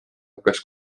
hakkas